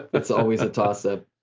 it's always a toss up.